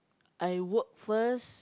I work first